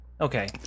Okay